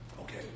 okay